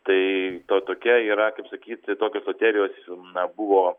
tai to tokia yra kaip sakyt tokios loterijos na buvo